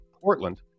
Portland